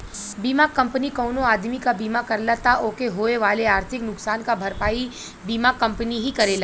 बीमा कंपनी कउनो आदमी क बीमा करला त ओके होए वाले आर्थिक नुकसान क भरपाई बीमा कंपनी ही करेला